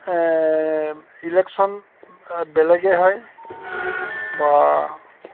election বেলেগে হয় বা